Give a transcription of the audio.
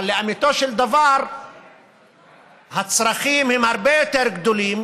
אבל לאמיתו של דבר הצרכים הם הרבה יותר גדולים,